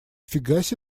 фигасе